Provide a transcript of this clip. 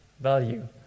value